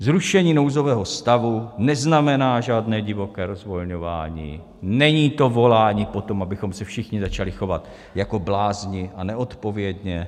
Zrušení nouzového stavu neznamená žádné divoké rozvolňování, není to volání po tom, abychom se všichni začali chovat jako blázni a neodpovědně.